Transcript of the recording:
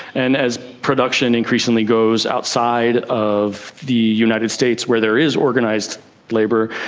and as production increasingly goes outside of the united states where there is organised labour,